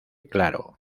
claro